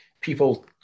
People